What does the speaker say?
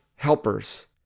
Helpers